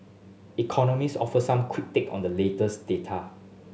economist offer some quick take on the latest data